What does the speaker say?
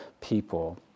people